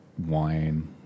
wine